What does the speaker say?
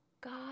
God